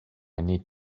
need